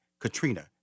Katrina